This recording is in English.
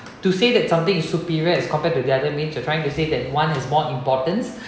to say that something is superior as compared to the other means you trying to say that one is more important